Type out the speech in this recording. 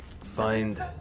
find